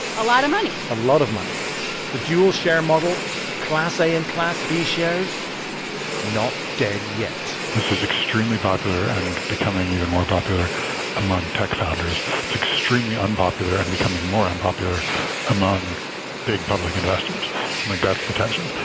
a lot of money a lot of money the dual-share model class a and class b shares not dead yet this is extremely popular and becoming even more popular among tech founders. it's extremely unpopular and becoming more unpopular among big public investors by my best detection,